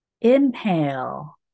inhale